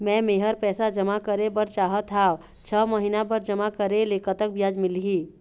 मे मेहर पैसा जमा करें बर चाहत हाव, छह महिना बर जमा करे ले कतक ब्याज मिलही?